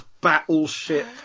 battleship